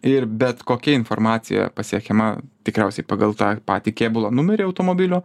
ir bet kokia informacija pasiekiama tikriausiai pagal tai patį kėbulo numerį automobilio